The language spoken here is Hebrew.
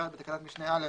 בתקנת שמנה (א),